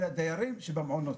אלה הדיירים שבמעונות.